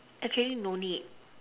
actually no need